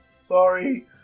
Sorry